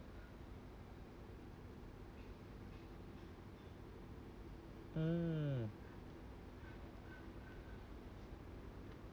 mm